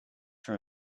for